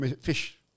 Fish